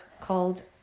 called